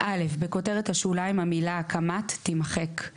(א) בכותרת השוליים, המילה "הקמת" תימחק ;